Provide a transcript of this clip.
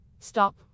stop